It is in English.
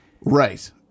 Right